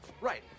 Right